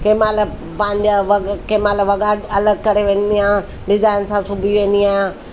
कंहिं महिल पंहिंजा वॻा कंहिं महिल वॻा अलॻि करे वेंदी आहियां डिजाइन सां सुबी वेंदी आहियां